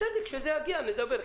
כשזה יגיע, נדבר.